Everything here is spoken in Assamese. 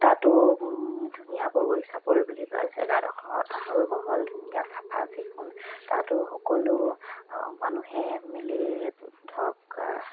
তাতো ধুনীয়া বগৰী চাপৰি বুলি কয় যে জেগাডোখৰ আহল বহল ধুনীয়া চাফা চিকুণ তাতো সকলো মানুহে মিলি ধৰক